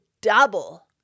double